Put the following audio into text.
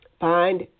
find